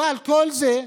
אבל כל זה,